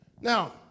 Now